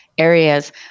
areas